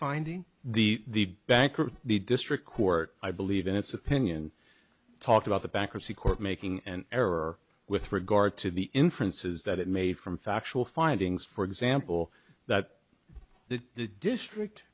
finding the bank or the district court i believe in its opinion talked about the bankruptcy court making an error with regard to the inferences that it made from factual findings for example that the district